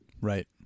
Right